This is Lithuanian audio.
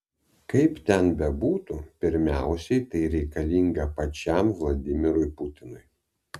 kaip ten bebūtų pirmiausiai tai reikalinga pačiam vladimirui putinui